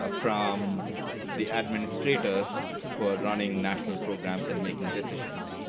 ah from the administrators who are running national programs and making decisions,